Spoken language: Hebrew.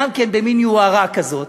גם כן במין יוהרה כזאת,